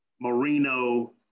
Marino